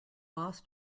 boss